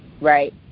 right